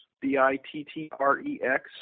B-I-T-T-R-E-X